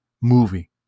movie